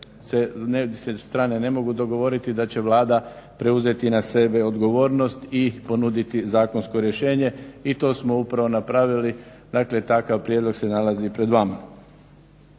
te strane ne mogu dogovoriti da će Vlada preuzeti na sebe odgovornost i ponuditi zakonsko rješenje, i to smo upravo napravili. Dakle, takav prijedlog se nalazi pred vama.